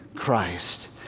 Christ